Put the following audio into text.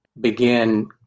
Begin